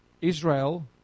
Israel